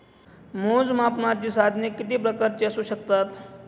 मोजमापनाची साधने किती प्रकारची असू शकतात?